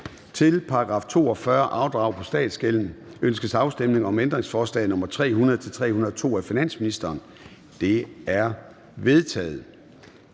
Til § 42. Afdrag på statsgælden (netto). Ønskes afstemning om ændringsforslag nr. 300-302 af finansministeren? De er vedtaget.